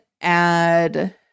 add